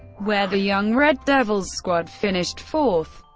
where the young red devils squad finished fourth.